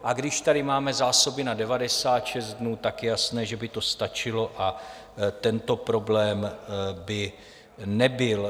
A když tady máme zásoby na 96 dnů, tak je jasné, že by to stačilo, a tento problém by nebyl.